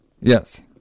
Yes